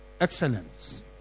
excellence